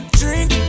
drink